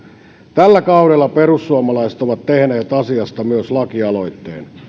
tällä kaudella perussuomalaiset ovat tehneet asiasta myös lakialoitteen